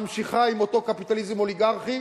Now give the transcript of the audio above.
ממשיכה עם אותו קפיטליזם אוליגרכי.